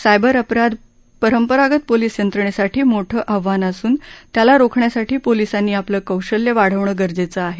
cyber अपराध परंपरागत police यंत्रणेसाठी मोठं आव्हान असून त्याला रोखण्यासाठी पोलीसांनी आपलं कौशल्य वाढवणं गरजेचं आहे